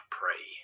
pray